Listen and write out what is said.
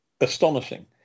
astonishing